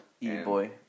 E-boy